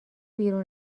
بیرون